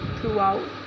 throughout